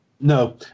No